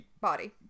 Body